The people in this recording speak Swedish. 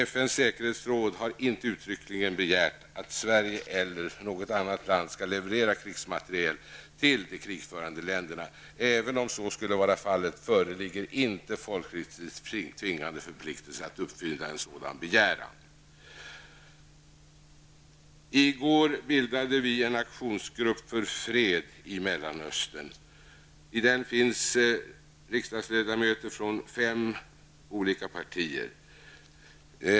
FNs säkerhetsråd har inte uttryckligen begärt att Sverige eller något annat land skall leverera krigsmateriel till de krigförande länderna. Även om så skulle vara fallet föreligger inte en folkrättsligt tvingande förpliktelse att uppfylla en sådan begäran. I går bildade vi en aktionsgrupp för fred i Mellanöstern. I den ingår riksdagsledmöter från fem olika partier.